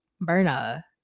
Berna